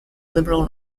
liberal